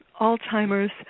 Alzheimer's